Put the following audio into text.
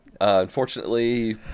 Unfortunately